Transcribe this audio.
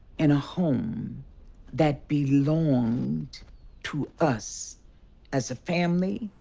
in a home that belonged to us as a family,